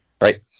Right